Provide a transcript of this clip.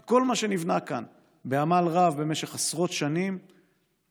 את כל מה שנבנה כאן בעמל רב במשך עשרות שנים סוגרים,